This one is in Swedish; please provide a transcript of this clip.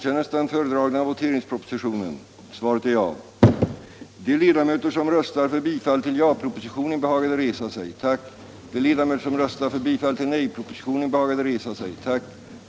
Ärade kammarledamöter!